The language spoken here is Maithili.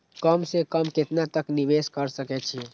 कम से कम केतना तक निवेश कर सके छी ए?